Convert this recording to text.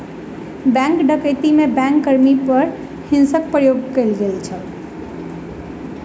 bank डकैती में bank कर्मी पर हिंसाक प्रयोग कयल गेल छल